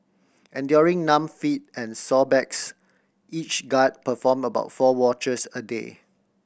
enduring numb feet and sore backs each guard performed about four watches a day